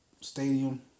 stadium